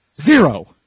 Zero